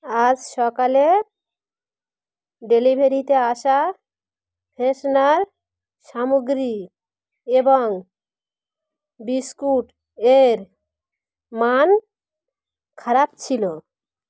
আজ সকালে ডেলিভারিতে আসা ফ্রেশনার সামগ্রী এবং বিস্কুট এর মান খারাপ ছিলো